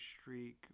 streak